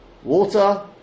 Water